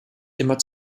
immer